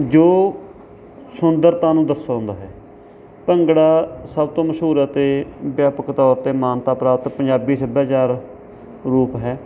ਜੋ ਸੁੰਦਰਤਾ ਨੂੰ ਦਰਸਾਉਂਦਾ ਹੈ ਭੰਗੜਾ ਸਭ ਤੋਂ ਮਸ਼ਹੂਰ ਅਤੇ ਵਿਆਪਕ ਤੌਰ 'ਤੇ ਮਾਨਤਾ ਪ੍ਰਾਪਤ ਪੰਜਾਬੀ ਸੱਭਿਆਚਾਰ ਰੂਪ ਹੈ